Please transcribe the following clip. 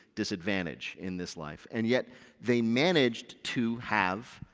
disadvantage in this life and yet they managed to have